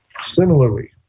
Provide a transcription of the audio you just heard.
Similarly